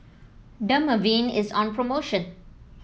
Dermaveen is on promotion